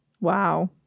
Wow